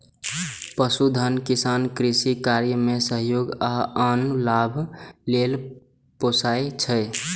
पशुधन किसान कृषि कार्य मे सहयोग आ आन लाभ लेल पोसय छै